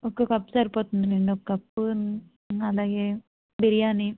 ఒక కప్ సరిపోతుంది లేండి ఒక కప్పు అలాగే బిర్యానీ